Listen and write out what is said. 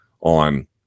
on